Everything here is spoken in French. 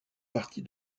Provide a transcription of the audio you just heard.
partie